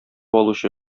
алучы